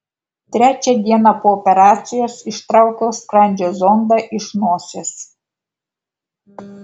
trečią dieną po operacijos ištraukiau skrandžio zondą iš nosies